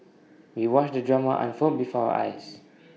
we watched the drama unfold before our eyes